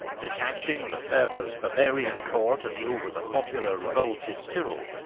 detaching lefebvre's bavarian corps to deal with a popular revolt in tyrol,